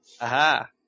Aha